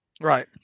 Right